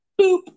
Boop